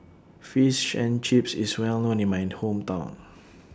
Fish and Chips IS Well known in My Hometown